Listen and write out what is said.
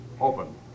open